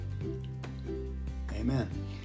Amen